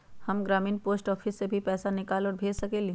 हम ग्रामीण post office से भी पैसा निकाल और भेज सकेली?